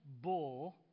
bull